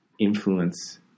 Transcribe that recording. influence